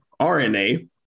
RNA